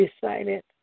decided